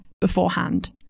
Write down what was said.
beforehand